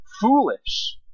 foolish